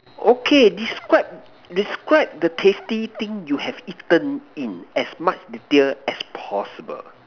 okay describe describe the tasty thing you have eaten in as much detail as possible